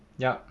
ya